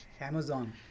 Amazon